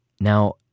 Now